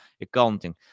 accounting